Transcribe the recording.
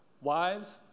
Wives